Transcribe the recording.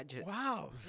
Wow